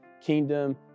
kingdom